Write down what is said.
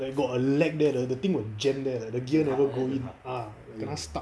like got a lag there the the thing will jam there the gear never go in ah cannot stuck